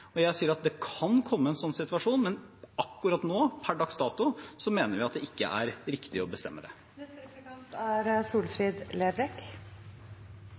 sånn situasjon, men akkurat nå, per dags dato, mener vi at det ikke er riktig å bestemme det.